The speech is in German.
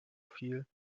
viel